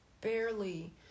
barely